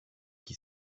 qui